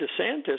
DeSantis